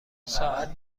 ساعت